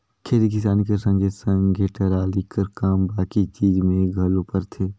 खेती किसानी कर संघे सघे टराली कर काम बाकी चीज मे घलो परथे